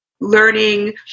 learning